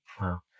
Wow